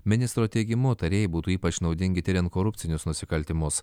ministro teigimu tarėjai būtų ypač naudingi tiriant korupcinius nusikaltimus